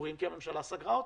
סגורים כי הממשלה סגרה אותם.